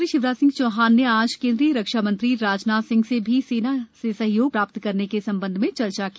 मुख्यमंत्री शिवराज सिंह चौहान ने आज केंद्रीय रक्षा मंत्री राजनाथ सिंह से भी सेना से सहयोग के प्राप्त करने के संबंध में चर्चा की